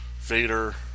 Vader